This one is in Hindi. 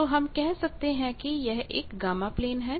तो हम कह सकते हैं कि यह एक गामा प्लेन है